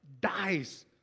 dies